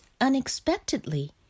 unexpectedly